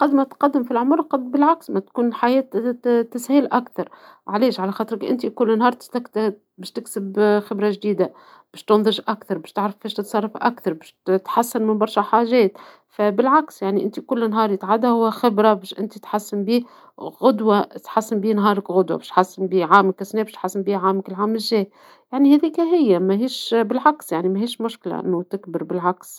أزمة تقدم في العمر قد بالعكس ما تكون الحياة تت-تسهيل أكثر، علاش على خاطرك أنت كل نهار تستك باش تكسب آآ خبرة جديدة، باش تنضج أكثر، باش تعرف أيش تتصرف أكثر، باش تحسن من برشا حاجات، فبالعكس يعني أنت كل نهار يتعدى هو خبرة باش أنت تحسن بيه، وغدوة تحسن بيه نهارك غدوة بيش تحسن بيه عامك هالسنا بيش تحسن بيه عامك العام الجاي يعني هاذيكا هي ماهيش بالعكس يعني ماهيش مشكلة أنو تكبر بالعكس.